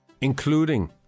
including